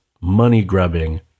money-grubbing